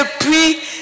depuis